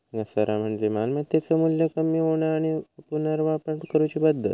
घसारा म्हणजे मालमत्तेचो मू्ल्य कमी होणा आणि पुनर्वाटप करूची पद्धत